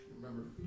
Remember